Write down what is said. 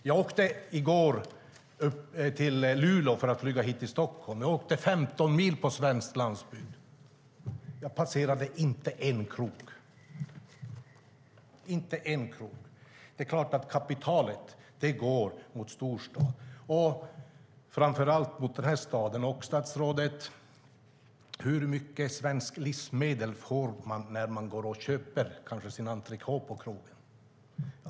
I går åkte jag till Luleå för att flyga vidare till Stockholm. Jag åkte 15 mil genom svensk landsbygd. Jag inte passerade inte en enda krog. Det är klart att kapitalet går till storstaden, och framför allt till den här staden. Statsrådet, hur mycket svenskt livsmedel får man när man köper sin entrecote på krogen?